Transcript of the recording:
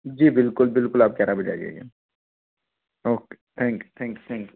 जी बिल्कुल बिल्कुल आप ग्यारह बजे आ जाइए ओके थैंक थैंक थैंक